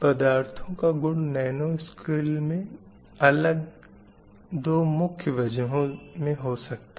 पदार्थों का गुण नैनो स्केल में अलग दो मुख्य वजहों से हो सकता है